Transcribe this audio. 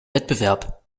wettbewerb